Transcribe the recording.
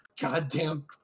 goddamn